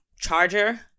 charger